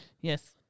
Yes